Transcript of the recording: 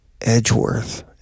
edgeworth